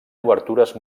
obertures